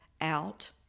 out